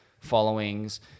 followings